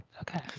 Okay